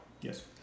Yes